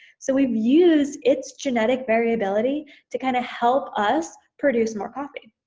so we've used its genetic variability to kind of help us produce more coffee,